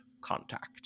contact